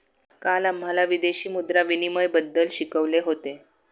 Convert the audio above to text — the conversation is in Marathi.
काल आम्हाला विदेशी मुद्रा विनिमयबद्दल शिकवले होते